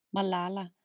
Malala